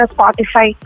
Spotify